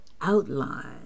outline